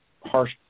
harsh